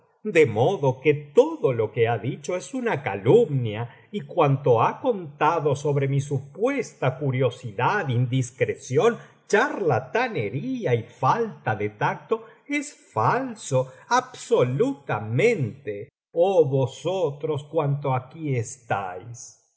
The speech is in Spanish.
de modo que todo lo que ha dicho es una calumnia y cuanto ha contado sobre mi supuesta curiosidad indiscreción charlatanería y falta de tacto es falso absolutamente i oh vosotros cuantos aquí estáis tal es